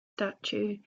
statue